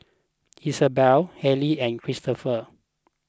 Isabel Hali and Cristopher